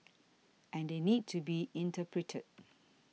and they need to be interpreted